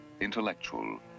Intellectual